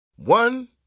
One